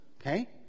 okay